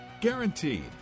Guaranteed